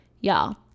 Y'all